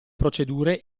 procedure